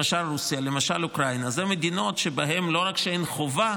רוסיה, אוקראינה, אלה מדינות שבהן לא רק שאין חובה